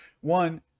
One